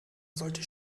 sollte